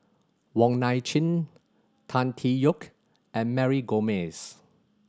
Wong Nai Chin Tan Tee Yoke and Mary Gomes